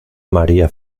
maría